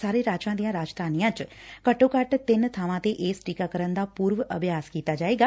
ਸਾਰੇ ਰਾਜਾਂ ਦੀਆਂ ਰਾਜਧਾਨੀਆਂ 'ਚ ਘੱਟੋ ਘੱਟ ਤਿੰਨ ਬਾਵਾਂ 'ਤੇ ਇਸ ਟੀਕਾਕਰਨ ਦਾ ਪੁਰਵ ਅਭਿਆਸ ਕੀਤਾ ਜਾਏਗਾ